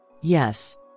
Yes